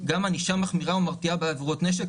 גם ענישה מחמירה ומרתיעה בעבירות נשק,